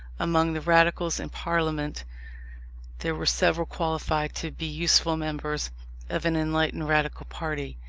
among the radicals in parliament there were several qualified to be useful members of an enlightened radical party,